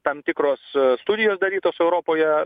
tam tikros studijos darytos europoje